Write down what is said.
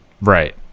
right